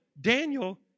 Daniel